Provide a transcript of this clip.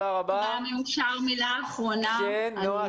אפשר מילה אחרונה.